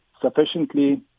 Sufficiently